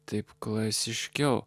taip klasiškiau